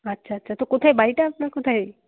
আচ্ছা আচ্ছা তো কোথায় বাড়িটা আপনার কোথায়